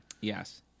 Yes